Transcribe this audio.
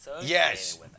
Yes